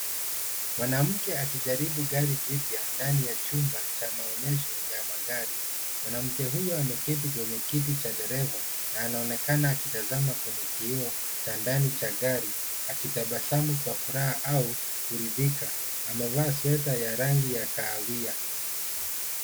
Mwanamke akijaribu gari jipya ndani ya chumba cha maonyesho ya magari. Mwanamke huyo ameketi kwenye kiti cha dereva na anaonekana akitazama kwenye kioo cha ndani cha gari akitabasamu kwa furaha au kuridhika. Amevaa sweta ya rangi ya kahawia.